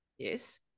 Yes